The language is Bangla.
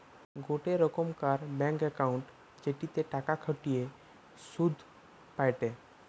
গোটে রোকমকার ব্যাঙ্ক একউন্ট জেটিতে টাকা খতিয়ে শুধ পায়টে